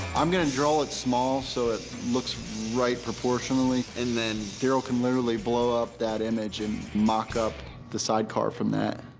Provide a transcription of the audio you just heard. i'm going to draw it small, so it looks right proportionally. and then daryl can literally blow up that image and mock up the sidecar from that.